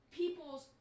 people's